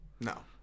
No